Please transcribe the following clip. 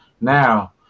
now